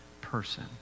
person